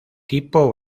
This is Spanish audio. tipo